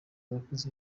abakozi